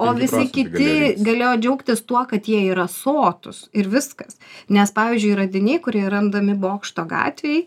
o visi kiti galėjo džiaugtis tuo kad jie yra sotūs ir viskas nes pavyzdžiui radiniai kurie randami bokšto gatvėj